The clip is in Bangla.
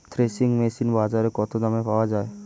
থ্রেসিং মেশিন বাজারে কত দামে পাওয়া যায়?